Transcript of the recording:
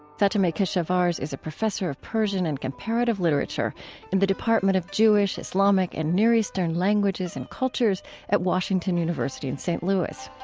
fatemeh keshavarz is a professor of persian and comparative literature in the department of jewish, islamic, and near eastern languages and cultures at washington university in st. louis.